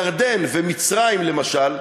ירדן ומצרים, למשל,